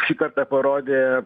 šį kartą parodė